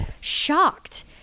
shocked